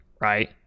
right